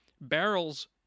Barrels